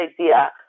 idea